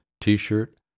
T-shirt